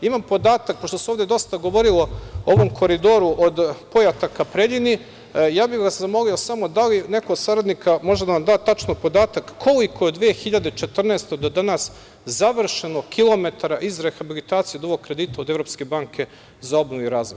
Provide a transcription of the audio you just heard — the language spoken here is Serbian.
Imam podatak, pošto se ovde dosta govorilo o ovom koridoru od Pojata ka Preljini, ja bih vas zamolio da li neko od saradnika može da nam da tačno podatak koliko je od 2014. godine do danas završeno kilometara iz rehabilitacije od ovog kredita Evropske banke za obnovu i razvoj?